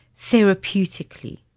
therapeutically